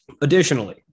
Additionally